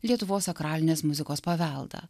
lietuvos sakralinės muzikos paveldą